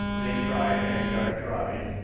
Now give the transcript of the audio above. they tried, vanguard tried.